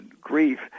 grief